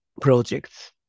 projects